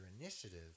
initiative